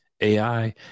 AI